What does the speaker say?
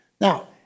Now